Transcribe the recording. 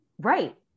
right